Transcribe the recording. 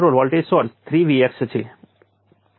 કેપેસિટરમાં જોવા મળતો પાવર સમય સાથે બદલાય છે